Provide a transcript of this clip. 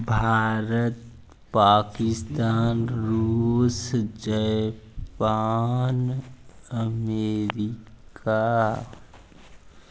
भारत पाकिस्तान रूस Japan America